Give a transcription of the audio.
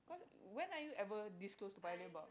cause when are you ever this close to Paya-Lebar